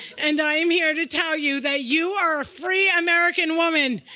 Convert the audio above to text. and i am here to tell you that you are a free american woman.